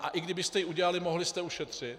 A i kdybyste ji udělali, mohli jste ušetřit.